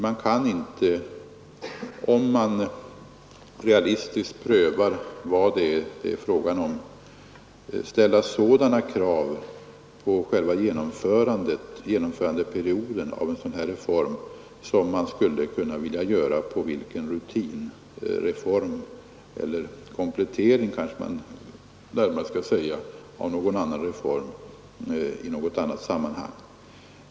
Man kan inte, om man realistiskt prövar vad det är fråga om, ställa samma krav på genomförandeperioden av en sådan reform som man kan göra på komplettering av en reform i något annat sammanhang.